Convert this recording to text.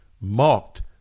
mocked